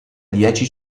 dieci